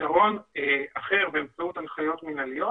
פתרון אחר באמצעות הנחיות מינהליות